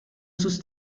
sus